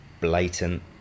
Blatant